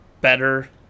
better